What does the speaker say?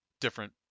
different